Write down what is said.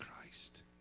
Christ